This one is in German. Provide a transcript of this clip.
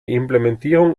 implementierung